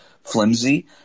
flimsy